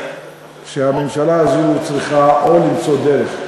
הממשלה הזאת צריכה או למצוא דרך,